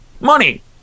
money